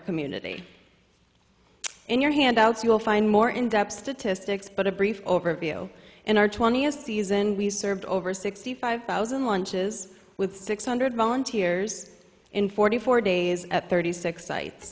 community and your handouts you'll find more in depth statistics but a brief overview in our twentieth season we served over sixty five thousand lunches with six hundred volunteers in forty four days at thirty six sites